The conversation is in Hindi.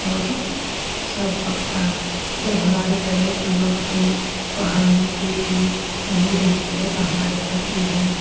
और सब अपना जब हमारे घर में कोई औरते बहन बेटी नहीं रहती है तो हमारे पति हैं